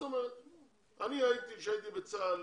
כשאני הייתי בצה"ל